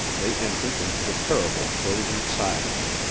they entered into the terrible frozen silence.